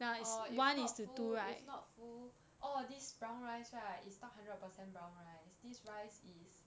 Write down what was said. or if not full if not full orh this brown rice right is not a hundred percent brown rice this rice is